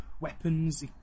weapons